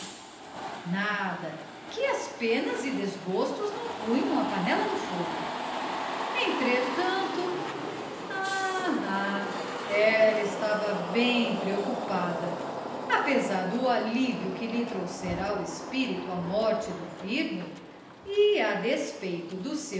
nada que as penas e desgostos não punham a panela no fogo entretanto ah ah ela estava bem preocupada apesar do alívio que lhe trouxera ao espírito a morte do firmo e a despeito do